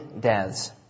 deaths